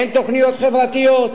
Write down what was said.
אין תוכניות חברתיות.